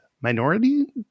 minority